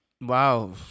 wow